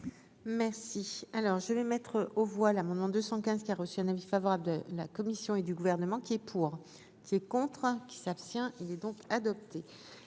Merci, alors je vais mettre aux voix l'amendement 215 qui a reçu un avis favorable de la commission et du gouvernement qui est pour, qui est contre qui s'abstient, il est donc adopté